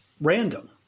random